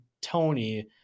Tony